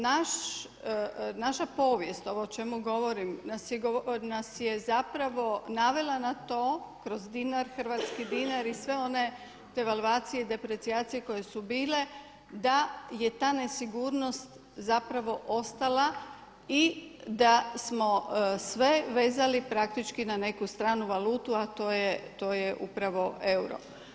Naša povijest, ovo o čemu govorim nas je zapravo navela na to kroz dinar, hrvatski dinar i sve one devalvacije i deprecijacije koje su bile da je ta nesigurnost zapravo ostala i da smo sve vezali praktički na neku stranu valutu a to je upravo euro.